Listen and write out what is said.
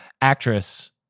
Actress